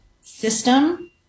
system